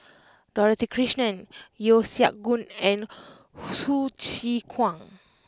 Dorothy Krishnan Yeo Siak Goon and Hsu Tse Kwang